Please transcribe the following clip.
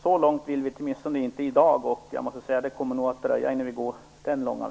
Så långt vill vi inte gå, i varje fall inte i dag, och det kommer nog att dröja innan vi går så långt.